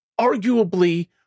arguably